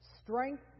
Strength